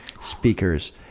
speakers